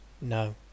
No